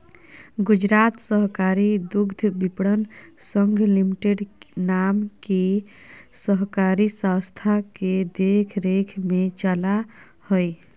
गुजरात सहकारी दुग्धविपणन संघ लिमिटेड नाम के सहकारी संस्था के देख रेख में चला हइ